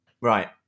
right